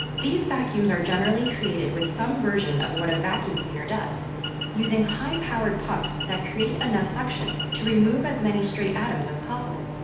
these vacuums are generally created with some version of what a vacuum cleaner does using high-powered pumps that create enough suction to remove as many stray atoms as possible.